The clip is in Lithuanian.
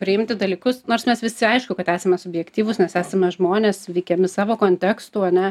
priimti dalykus nors mes visi aišku kad esame subjektyvūs mes esame žmonės veikiami savo kontekstų ane